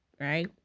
right